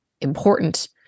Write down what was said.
important